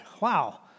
Wow